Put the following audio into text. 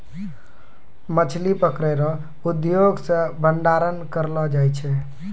मछली पकड़ै रो उद्योग से भंडारण करलो जाय छै